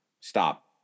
stop